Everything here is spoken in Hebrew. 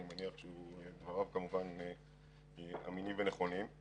דבריו כמובן אמינים ונכונים.